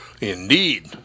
Indeed